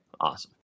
awesome